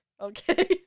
Okay